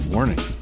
Warning